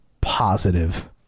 positive